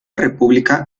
república